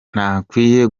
ntakwiye